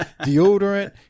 deodorant